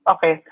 Okay